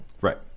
Right